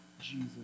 Jesus